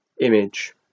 image